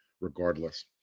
regardless